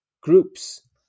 groups